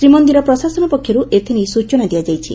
ଶ୍ରୀମନିର ପ୍ରଶାସନ ପକ୍ଷରୁ ଏଥିନେଇ ସୂଚନା ଦିଆଯାଇଛି